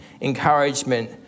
encouragement